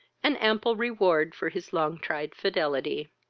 an ample reward for his long tried fidelity.